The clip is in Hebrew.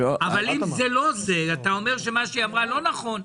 אבל אם זה לא זה ואתה אומר שמה שהיא אמרה לא נכון,